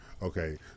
Okay